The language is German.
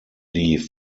die